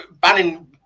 banning